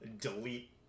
delete